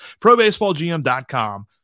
ProBaseballGM.com